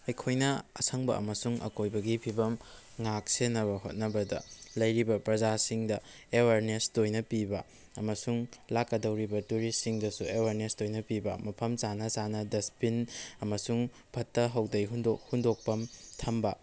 ꯑꯩꯈꯣꯏꯅ ꯑꯁꯪꯕ ꯑꯃꯁꯨꯡ ꯑꯀꯣꯏꯕꯒꯤ ꯐꯤꯕꯝ ꯉꯥꯛ ꯁꯦꯟꯅꯕ ꯍꯣꯠꯅꯕꯗ ꯂꯩꯔꯤꯕ ꯄ꯭ꯔꯖꯥꯁꯤꯡꯗ ꯑꯦꯋꯥꯔꯅꯦꯁ ꯇꯣꯏꯅ ꯄꯤꯕ ꯑꯃꯁꯨꯡ ꯂꯥꯛꯀꯗꯧꯔꯤꯕ ꯇꯨꯔꯤꯁꯁꯤꯡꯗꯨ ꯑꯦꯋꯥꯔꯅꯦꯁ ꯇꯣꯏꯅ ꯄꯤꯕ ꯃꯐꯝ ꯆꯥꯅ ꯆꯥꯅ ꯗꯁꯕꯤꯟ ꯑꯃꯁꯨꯡ ꯐꯠꯇꯍꯧꯗꯤ ꯍꯨꯟꯗꯣꯛꯐꯝ ꯊꯝꯕ